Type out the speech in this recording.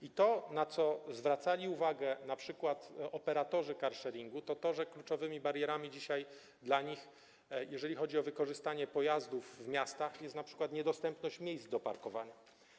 I to, na co zwracali uwagę np. operatorzy carsharingu, to to, że kluczowymi barierami dzisiaj dla nich, jeżeli chodzi o wykorzystanie pojazdów w miastach, jest np. niedostępność miejsc do parkowania.